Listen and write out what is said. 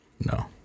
No